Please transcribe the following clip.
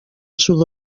sud